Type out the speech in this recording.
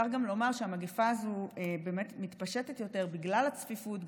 צריך גם לומר שהמגפה הזאת מתפשטת יותר בגלל הצפיפות,